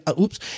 oops